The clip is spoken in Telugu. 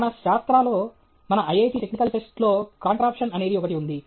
మన శాస్త్రా లో మన ఐఐటి టెక్నికల్ ఫెస్ట్లో కాంట్రాప్షన్ అనేది ఒకటి ఉంది